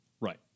Right